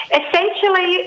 essentially